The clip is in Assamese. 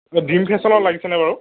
ড্ৰীম ফেচনত লাগিছেনে বাৰু